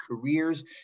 careers